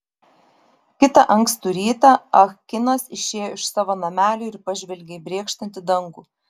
kitą ankstų rytą ah kinas išėjo iš savo namelio ir pažvelgė į brėkštantį dangų